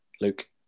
Luke